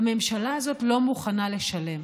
הממשלה הזאת לא מוכנה לשלם,